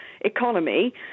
economy